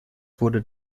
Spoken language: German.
wurde